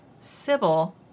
Sybil